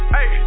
Hey